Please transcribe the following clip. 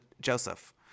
Joseph